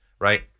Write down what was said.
right